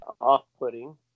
off-putting